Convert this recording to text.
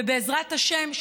ובעזרת השם,